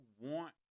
want